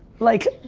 like,